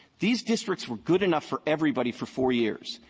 these districts were good enough for everybody for four years.